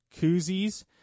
koozies